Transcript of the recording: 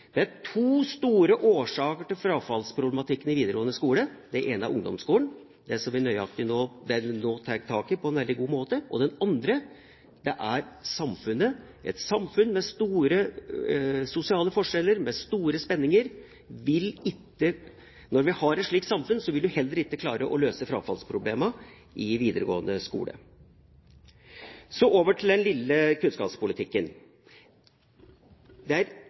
Det er to store årsaker til frafallsproblematikken i videregående skole. Den ene er ungdomsskolen, som vi nå tar tak i på en veldig god måte, og den andre er samfunnet – et samfunn med store sosiale forskjeller og med store spenninger. Når vi har et slikt samfunn, vil vi heller ikke klare å løse frafallsproblemene i videregående skole. Så over til den lille kunnskapspolitikken: